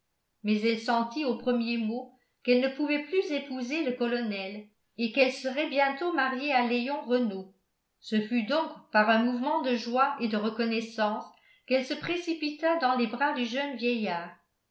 mais elle sentit aux premiers mots qu'elle ne pouvait plus épouser le colonel et qu'elle serait bientôt mariée à léon renault ce fut donc par un mouvement de joie et de reconnaissance qu'elle se précipita dans les bras du jeune vieillard